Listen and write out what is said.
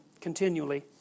continually